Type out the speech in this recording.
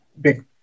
big